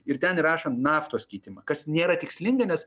ir ten įrašant naftos keitimą kas nėra tikslinga nes